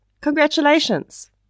Congratulations